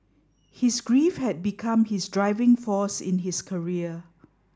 his grief had become his driving force in his career